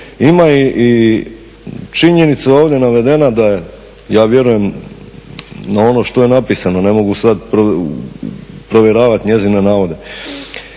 ima i činjenica je ovdje navedena da je, ja vjerujem u ono što je napisano, ne mogu sad provjeravat njezine navode,